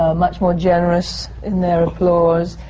much more generous in their applause.